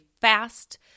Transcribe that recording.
fast